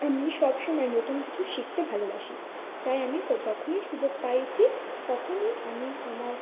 আমি সবসময় নতুন কিছু শিখতে ভালোবাসি তাই আমি কো যখনই সুযোগ পেয়েছি তখনই আমি আমার